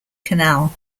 canal